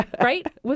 Right